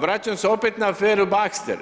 Vraćam se opet na aferu Bakster